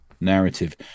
narrative